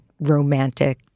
romantic